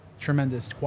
tremendous